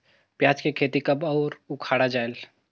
पियाज के खेती कब अउ उखाड़ा जायेल?